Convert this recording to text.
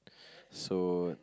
so